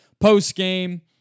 post-game